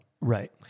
Right